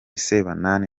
sebanani